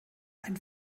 ein